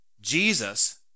Jesus